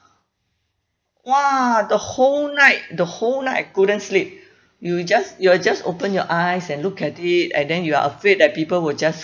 !wah! the whole night the whole night I couldn't sleep you will just you'll just open your eyes and look at it and then you are afraid that people will just